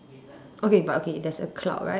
okay but okay there's a cloud right